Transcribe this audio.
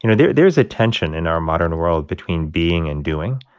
you know there there is a tension in our modern world between being and doing.